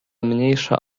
mniejsza